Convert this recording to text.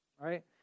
right